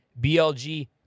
BLG